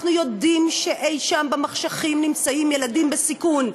אנחנו יודעים שאי-שם במחשכים נמצאים ילדים בסיכון,